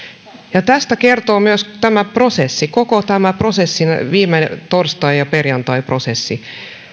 ja siitä kertoo myös tämä prosessi koko tämä prosessi viime torstain ja perjantain prosessi